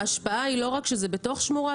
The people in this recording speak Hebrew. ההשפעה היא לא רק כשזה בתוך שמורה,